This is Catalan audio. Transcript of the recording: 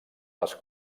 les